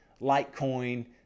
Litecoin